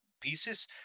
pieces